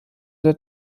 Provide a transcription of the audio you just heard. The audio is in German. der